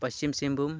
Paschim Singhbhum